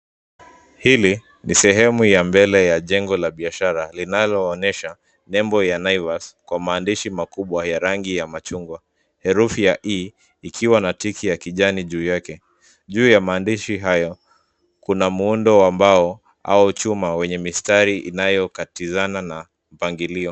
Hili ni sehemu ya mbele ya jengo la biashara linaloonyesha nembo ya Naivas kwa maandishi makubwa ya rangi ya machungwa. Herufi ya 'i' ikiwa na tiki ya kijani juu yake. Juu ya maandishi hayo, kuna muundo ambao hao chuma wenye mistari inayokatizana na mpangilio.